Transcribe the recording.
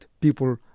people